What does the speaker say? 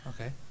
Okay